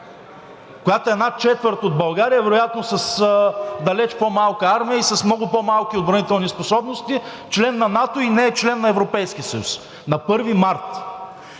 която е една четвърт от България, вероятно с далеч по-малка армия и с много по-малки отбранителни способности – член на НАТО и не е член на Европейския съюз, на 1 март!